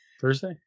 Thursday